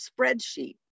spreadsheet